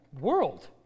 world